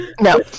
No